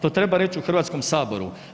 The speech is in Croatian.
To treba reći u Hrvatskom saboru.